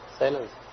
silence